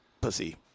pussy